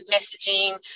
messaging